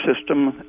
system